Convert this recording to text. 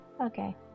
Okay